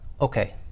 Okay